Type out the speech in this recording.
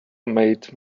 made